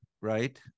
right